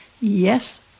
Yes